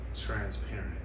transparent